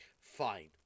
fine